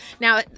now